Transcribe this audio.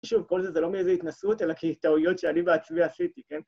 שוב, כל זה, זה לא מאיזו התנסות, אלא כטעויות שאני בעצמי עשיתי, כן?